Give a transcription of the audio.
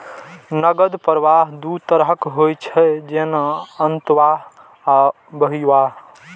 नकद प्रवाह दू तरहक होइ छै, जेना अंतर्वाह आ बहिर्वाह